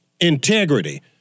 Integrity